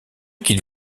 qu’il